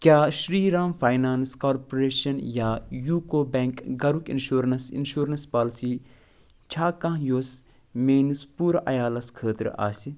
کیٛاہ Shri Ram finance corporation یا UCO bank گَرُک اِنشورَنٛس انشورنٛس پالسی چھا کانٛہہ یوٚس میانِس پوٗرٕ عیالَس خٲطرٕ آسہِ